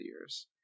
years